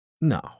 No